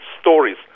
stories